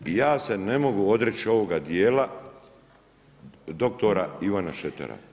I ja se ne mogu odreć ovoga djela dr. Ivana Šretera.